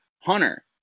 Hunter